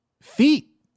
feet